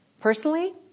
Personally